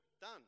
Done